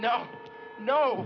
no no